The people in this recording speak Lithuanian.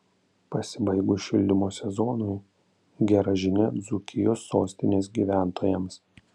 pasibaigus šildymo sezonui gera žinia dzūkijos sostinės gyventojams